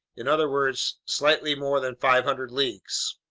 in other words, slightly more than five hundred leagues.